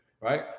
right